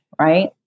right